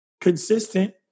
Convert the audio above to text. consistent